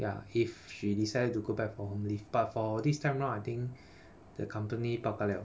ya if she decided to go back home leh but for this time round I think the company bao ka liao